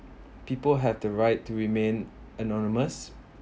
people have the right to remain anonymous